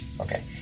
Okay